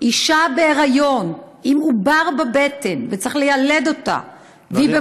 אישה בהיריון עם עובר בבטן, וצריך לילד אותה, לא